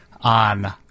on